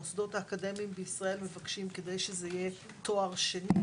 המוסדות האקדמיים בישראל מבקשים כדי שזה יהיה תואר שני,